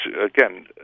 again